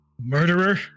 Murderer